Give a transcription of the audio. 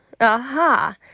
Aha